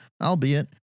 albeit